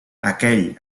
aquell